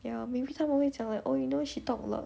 ya maybe 他们会讲 like oh you know she talk a lot